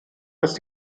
ist